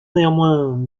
néanmoins